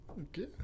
Okay